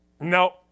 No